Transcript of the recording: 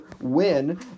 win